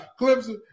Clemson